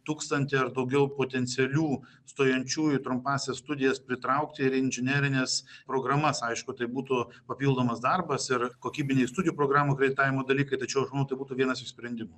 tūkstantį ar daugiau potencialių stojančiųjų trumpąsias studijas pritraukti ir į inžinerines programas aišku tai būtų papildomas darbas ir kokybiniai studijų programų akreditavimo dalykai tačiau tai būtų vienas iš sprendimų